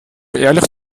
ehrlich